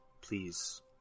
Please